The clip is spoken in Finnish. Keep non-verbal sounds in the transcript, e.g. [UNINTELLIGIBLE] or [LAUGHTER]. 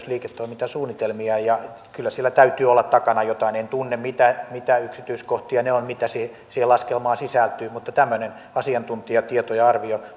[UNINTELLIGIBLE] liiketoimintasuunnitelmiaan ja kyllä siellä täytyy olla takana jotain en tunne mitä mitä yksityiskohtia ne ovat mitä siihen siihen laskelmaan sisältyy mutta tämmöinen asiantuntijatieto ja arvio [UNINTELLIGIBLE]